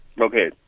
Okay